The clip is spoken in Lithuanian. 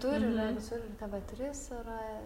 turime visur it tv tris ar